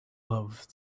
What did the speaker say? love